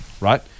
right